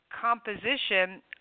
composition